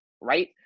Right